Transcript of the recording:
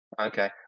Okay